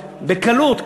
בקלות,